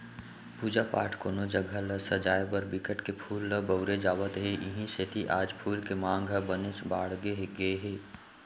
पूजा पाठ, कोनो जघा ल सजाय बर बिकट के फूल ल बउरे जावत हे इहीं सेती आज फूल के मांग ह बनेच बाड़गे गे हे